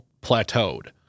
plateaued